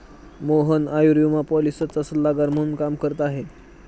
मोहन आयुर्विमा पॉलिसीचा सल्लागार म्हणून काम करत आहे